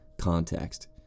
context